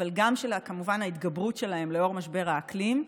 אבל גם כמובן של ההתגברות שלהם לנוכח משבר האקלים,